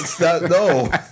No